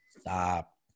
Stop